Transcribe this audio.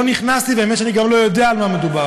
לא נכנסתי, והאמת שאני גם לא יודע על מה מדובר.